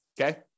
Okay